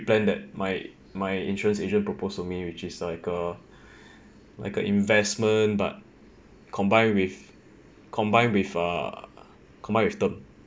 plan that my my insurance agent proposed to me which is like a like a investment but combined with combined with a combined with term